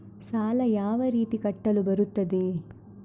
ಸಾಲ ಯಾವ ರೀತಿ ಕಟ್ಟಲು ಬರುತ್ತದೆ?